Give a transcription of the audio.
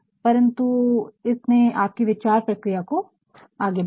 परन्तु इसने आपकी विचार प्रक्रिया को आगे बढ़ाया